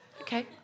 Okay